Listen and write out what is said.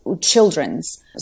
children's